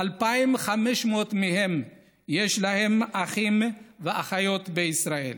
2,500 מהם יש להם אחים ואחיות בישראל,